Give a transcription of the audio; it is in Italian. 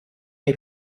nei